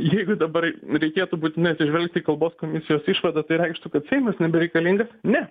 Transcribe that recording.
jeigu dabar reikėtų būtinai atsižvelgti į kalbos komisijos išvadą tai reikštų kad seimas nebereikalingas ne